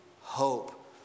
hope